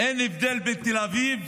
אין הבדל בין תל אביב